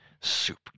soup